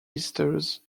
esters